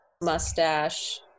mustache